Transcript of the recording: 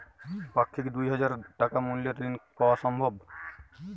পাক্ষিক দুই হাজার টাকা মূল্যের ঋণ পাওয়া সম্ভব?